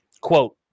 quote